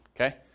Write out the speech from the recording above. okay